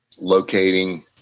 locating